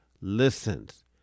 listens